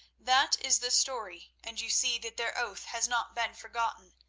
that is the story, and you see that their oath has not been forgotten,